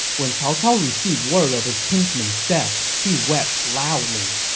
when cao cao received word of his kinsman's death, he wept loudly.